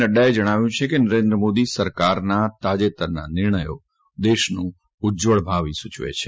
નઙાએ જણાવ્યું છે કે નરેન્દ્ર મોદી સરકારના તાજેતરના નિર્ણયો દેશનું ઉજ્જવળ ભાવિ સૂચવે છે